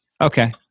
Okay